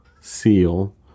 seal